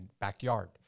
backyard